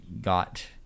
got